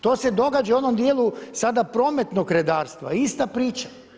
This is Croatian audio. To se događa u onom dijelu sada prometnog redarstva, ista priča.